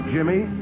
Jimmy